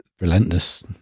relentless